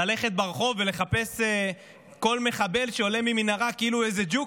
ללכת ברחוב ולחפש כל מחבל שעולה ממנהרה כאילו הוא איזה ג'וק?